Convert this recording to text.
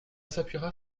s’appuiera